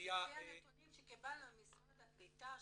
לפי הנתונים שקיבלנו ממשרד הקליטה,